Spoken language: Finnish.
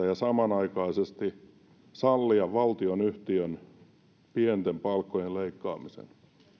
ja samanaikaisesti sallia valtionyhtiön pienten palkkojen leikkaamisen